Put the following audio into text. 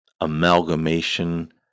amalgamation